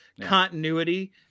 Continuity